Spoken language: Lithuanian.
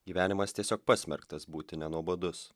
gyvenimas tiesiog pasmerktas būti nenuobodus